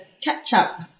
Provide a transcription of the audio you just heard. catch-up